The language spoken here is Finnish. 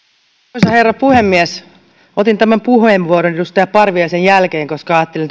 arvoisa herra puhemies otin tämän puheenvuoron edustaja parviaisen jälkeen koska ajattelin